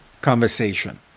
conversation